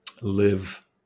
live